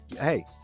hey